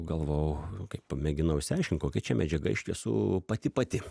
galvojau kai pamėginau išsiaiškint kokia čia medžiaga iš tiesų pati pati